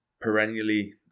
perennially